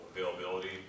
availability